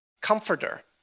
comforter